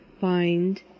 find